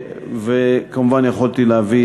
וכמובן יכולתי להביא,